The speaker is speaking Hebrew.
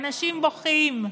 אנשים בוכים.